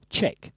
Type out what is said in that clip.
Check